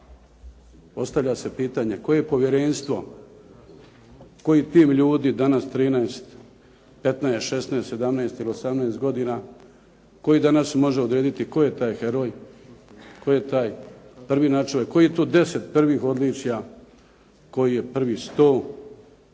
Postavlja se pitanje koje povjerenstvo, koji tim ljudi danas 13, 15, 16, 17 ili 18 godina, koji danas može odrediti koji je taj heroj, tko je taj prvi nadčovjek, kojih je to deset prvih odličja, kojih je prvih sto,